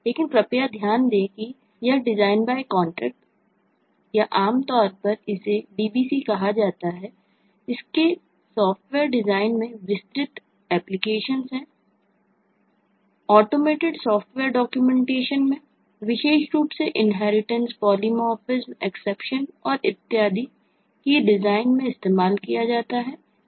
लेकिन कृपया ध्यान दें कि यह डिजाइन बाय कॉन्ट्रैक्ट और इत्यादि की डिजाइन में इस्तेमाल किया जाता है